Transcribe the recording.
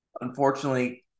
Unfortunately